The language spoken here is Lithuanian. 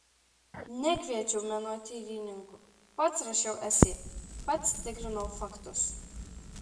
nekviečiau menotyrininkų pats rašiau esė pats tikrinau faktus